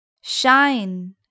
Shine